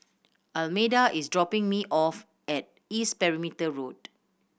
Almeda is dropping me off at East Perimeter Road